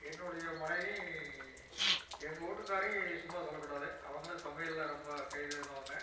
என்னுடைய மனைவி எங்கள் வீட்டுக்காரி சும்மா சொல்லக்கூடாது அவங்களும் சமையலில் ரொம்ப கைதேர்ந்தவங்க